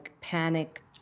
panic